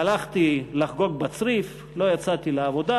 הלכתי לחגוג בצריף, לא יצאתי לעבודה.